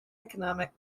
economic